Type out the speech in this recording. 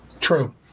True